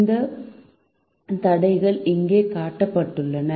இந்த தடைகள் இங்கே காட்டப்பட்டுள்ளன